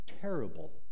terrible